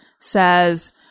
says